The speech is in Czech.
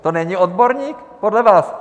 To není odborník, podle vás?